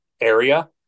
area